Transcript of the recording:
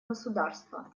государства